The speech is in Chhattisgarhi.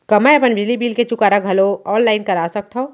का मैं अपन बिजली बिल के चुकारा घलो ऑनलाइन करा सकथव?